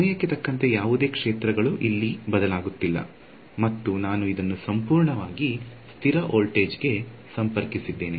ಸಮಯಕ್ಕೆ ತಕ್ಕಂತೆ ಯಾವುದೇ ಕ್ಷೇತ್ರಗಳು ಇಲ್ಲಿ ಬದಲಾಗುತ್ತಿಲ್ಲ ಮತ್ತು ನಾನು ಇದನ್ನು ಸಂಪೂರ್ಣವಾಗಿ ಸ್ಥಿರ ವೋಲ್ಟೇಜ್ಗೆ ಸಂಪರ್ಕಿಸಿದ್ದೇನೆ